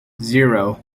zero